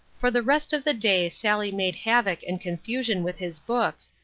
for the rest of the day sally made havoc and confusion with his books,